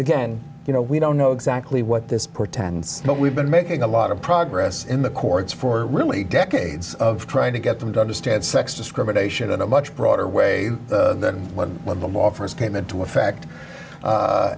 again you know we don't know exactly what this portends but we've been making a lot of progress in the courts for really decades of trying to get them to understand sex discrimination in a much broader way than what the law first came into effect